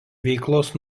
veiklos